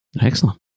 Excellent